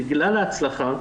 בגלל ההצלחה,